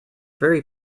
very